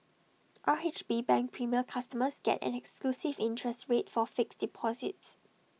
R H B bank premier customers get an exclusive interest rate for fixed deposits